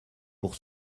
pour